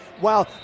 Wow